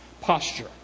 posture